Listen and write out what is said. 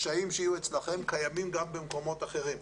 קיימים גם במקומות אחרים.